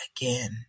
again